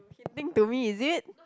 hinting to me is it